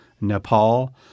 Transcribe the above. Nepal